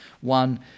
one